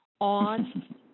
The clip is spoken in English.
on